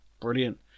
Brilliant